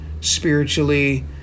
spiritually